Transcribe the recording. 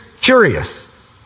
curious